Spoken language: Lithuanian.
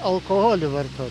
alkoholį varto